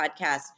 podcast